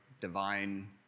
Divine